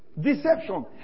Deception